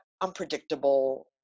unpredictable